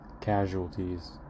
casualties